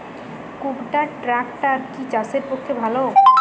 কুবটার ট্রাকটার কি চাষের পক্ষে ভালো?